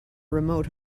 remote